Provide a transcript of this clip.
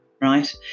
right